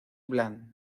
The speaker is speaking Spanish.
bland